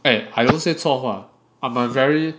eh I don't say 错话 I'm a very